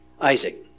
Isaac